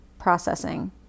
processing